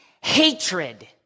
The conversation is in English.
hatred